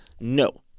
no